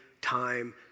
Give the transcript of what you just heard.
time